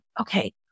okay